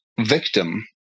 victim